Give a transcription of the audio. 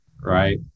Right